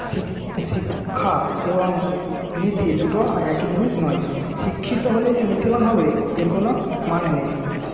শিক্ষা এবং নীতি দুটো একই জিনিস নয় শিক্ষিত হলেই যে নীতিবান হবে এর কোন মানে নেই